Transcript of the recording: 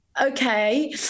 okay